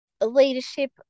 leadership